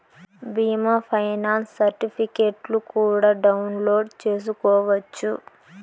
బీమా ఫైనాన్స్ సర్టిఫికెట్లు కూడా డౌన్లోడ్ చేసుకోవచ్చు